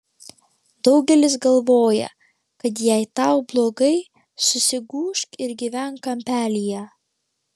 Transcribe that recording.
daugelis galvoja kad jei tau blogai susigūžk ir gyvenk kampelyje